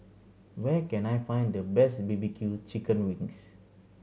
where can I find the best B B Q chicken wings